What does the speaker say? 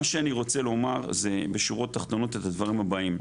מה שאני רוצה לומר זה בשורות תחתונות את הדברים הבאים: